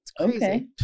Okay